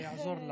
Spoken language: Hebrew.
זה יעזור לך.